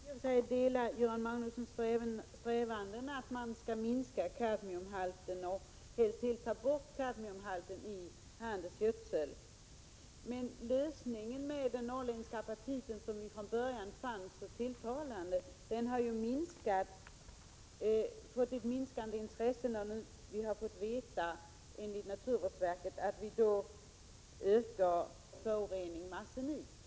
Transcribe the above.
Herr talman! Jag delar Göran Magnussons uppfattning att vi skall sträva efter att minimera halten av kadmium -— eller helst ta bort allt kadmium — i handelsgödsel. Men intresset för metoden att använda den norrländska apatiten, som vi från början fann så tilltalande, har minskat sedan vi av naturvårdsverket fått veta att vi med denna metod ökar föroreningen med arsenik.